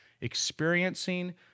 experiencing